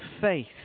faith